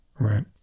Right